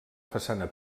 façana